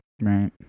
Right